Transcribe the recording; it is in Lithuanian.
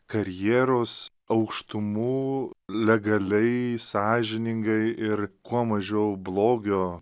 karjeros aukštumų legaliai sąžiningai ir kuo mažiau blogio